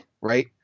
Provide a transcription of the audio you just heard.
right